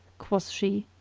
quoth she,